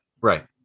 Right